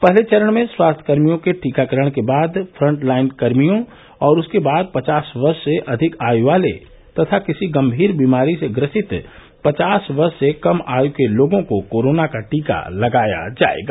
पहले चरण में स्वास्थ्यकर्मियों के टीकाकरण के बाद फ़ंट लाइनकर्मियों और उसके बाद पचास वर्ष से अधिक आयु वाले तथा किसी गंभीर बीमारी से ग्रसित पचास वर्ष से कम आयु के लोगों को कोरोना का टीका लगाया जायेगा